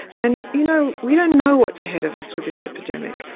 and you know we don't know what's ahead of us with this epidemic.